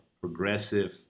progressive